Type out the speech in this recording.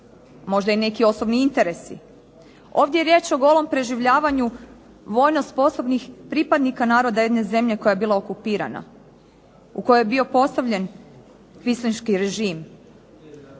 možda i neki osobni interesi, ovdje je riječ je o golom preživljavanju vojno sposobnih pripadnika naroda jedne zemlje koja je bila okupirana u kojoj je bio postavljen kvinslinški režim.